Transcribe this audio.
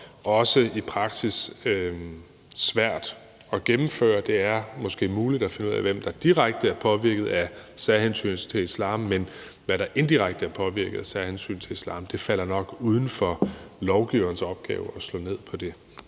også i praksis svært at gennemføre. Det er måske muligt at finde ud af, hvem der direkte er påvirket af det her særhensyn til islam, men hvad der indirekte er påvirket af særhensyn til islam, falder det nok uden for lovgiverens opgave at slå ned på.